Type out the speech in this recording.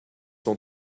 son